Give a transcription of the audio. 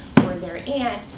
or their aunt,